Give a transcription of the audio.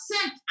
sent